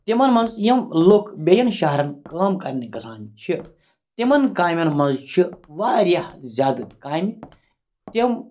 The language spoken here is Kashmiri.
تِمَن منٛز یِم لُکھ بیٚیَن شَہرَن کٲم کَرنہِ گَژھان چھِ تِمَن کامیٚن منٛز چھِ واریاہ زیادٕ کامہِ تِم